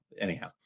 anyhow